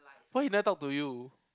why he never talk to you